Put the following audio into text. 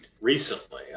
recently